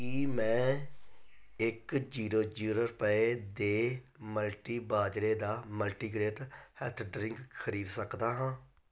ਕੀ ਮੈਂ ਇੱਕ zero zero ਰੁਪਏ ਦੇ ਮਲਟੀ ਬਾਜਰੇ ਦਾ ਮਲਟੀਗ੍ਰੇਨ ਹੈਲਥ ਡਰਿੰਕ ਖਰੀਦ ਸਕਦਾ ਹਾਂ